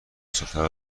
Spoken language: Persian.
سفره